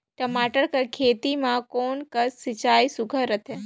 टमाटर कर खेती म कोन कस सिंचाई सुघ्घर रथे?